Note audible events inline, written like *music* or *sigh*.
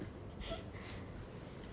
*laughs*